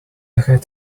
had